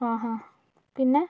ആഹാ പിന്നെ